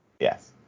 Yes